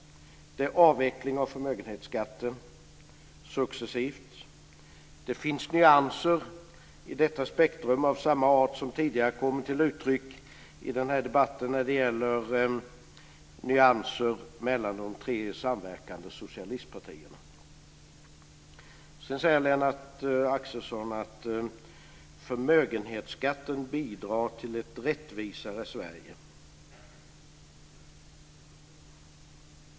Det är successiv avveckling av förmögenhetsskatten. Det finns nyanser i detta spektrum av samma art som tidigare kommit till uttryck i den här debatten när det gäller nyanser mellan de tre samverkande socialistpartierna. Lennart Axelsson säger att förmögenhetsskatten bidrar till ett rättvisare Sverige.